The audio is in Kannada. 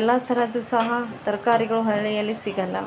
ಎಲ್ಲ ಥರದ್ದು ಸಹ ತರಕಾರಿಗಳು ಹಳ್ಳಿಯಲ್ಲಿ ಸಿಗೊಲ್ಲ